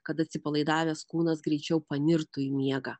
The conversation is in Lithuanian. kad atsipalaidavęs kūnas greičiau panirtų į miegą